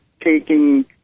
taking